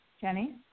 Jenny